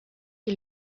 que